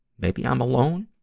maybe i'm alone,